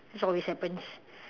this always happens